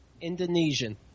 Indonesian